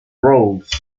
roles